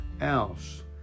else